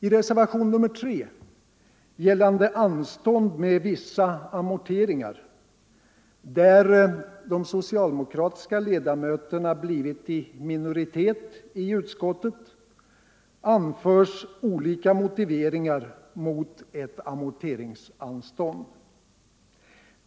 I reservationen 3 gällande anstånd med vissa amorteringar, där de socialdemokratiska ledamöterna blivit i minoritet i utskottet, anförs olika motiveringar mot ett amorteringsanstånd.